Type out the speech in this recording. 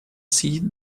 see